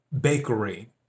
bakery